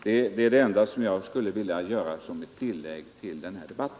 Detta är det enda tillägg jag velat göra till denna debatt.